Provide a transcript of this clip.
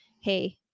hey